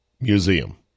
Museum